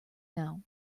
know